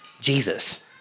Jesus